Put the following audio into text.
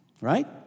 Right